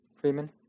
Freeman